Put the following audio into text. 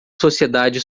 sociedade